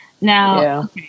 Now